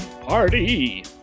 party